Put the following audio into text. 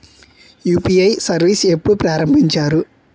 UPI service ఎప్పుడు ప్రారంభించారు?